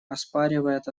оспаривает